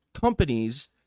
companies